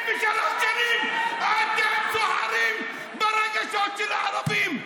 73 שנים אתם סוחרים ברגשות של הערבים.